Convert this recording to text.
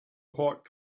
hot